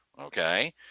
okay